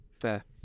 Fair